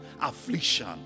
affliction